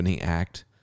act